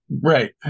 right